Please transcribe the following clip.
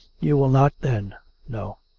you wul not, then no.